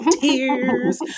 tears